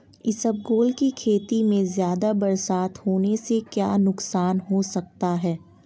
इसबगोल की खेती में ज़्यादा बरसात होने से क्या नुकसान हो सकता है?